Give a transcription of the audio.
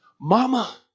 Mama